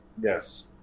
Yes